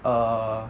err